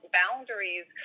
boundaries